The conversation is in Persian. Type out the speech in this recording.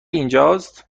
اینجاست